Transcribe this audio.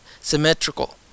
symmetrical